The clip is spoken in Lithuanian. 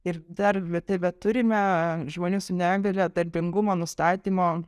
ir dar tebeturime žmonių su negalia darbingumo nustatymo